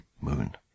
moon